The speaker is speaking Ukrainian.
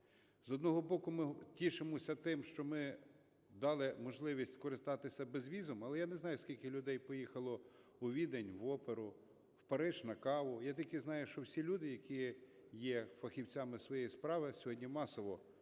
З одного боку, ми тішимося тим, що ми дали можливість користатися безвізом. Але я не знаю, скільки людей поїхало у Відень в оперу, в Париж на каву, я тільки знаю, що всі люди, які є фахівцями своєї справи, сьогодні масово